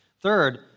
Third